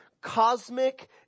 cosmic